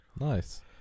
Nice